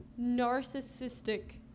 Narcissistic